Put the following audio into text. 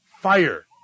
fire